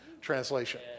Translation